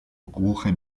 głuche